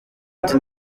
ati